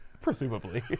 Presumably